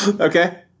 Okay